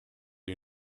you